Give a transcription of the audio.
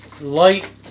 Light